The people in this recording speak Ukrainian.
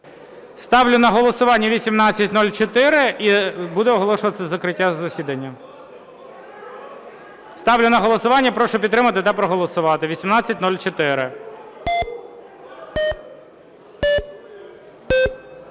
Ставлю на голосування 1804. І буду оголошувати закриття засідання. Ставлю на голосування, прошу підтримати та проголосувати, 1804.